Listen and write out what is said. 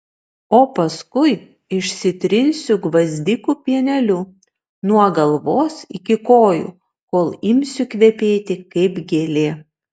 o paskui išsitrinsiu gvazdikų pieneliu nuo galvos iki kojų kol imsiu kvepėti kaip gėlė